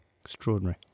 Extraordinary